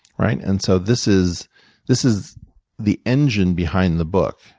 right? and so this is this is the engine behind the book.